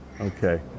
Okay